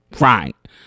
Right